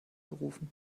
gerufen